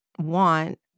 want